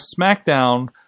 SmackDown